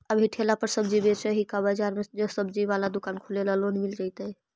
अभी ठेला पर सब्जी बेच ही का बाजार में ज्सबजी बाला दुकान खोले ल लोन मिल जईतै?